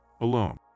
alone